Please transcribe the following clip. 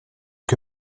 que